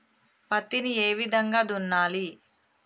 పత్తిని ఏ విధంగా దున్నాలి?